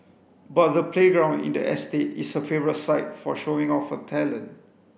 but the playground in the estate is her favourite site for showing off her talent